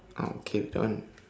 ah okay that one